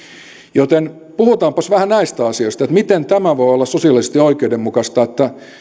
joten puhutaanpas vähän näistä asioista että miten tämä voi olla sosiaalisesti oikeudenmukaista että